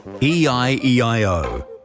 E-I-E-I-O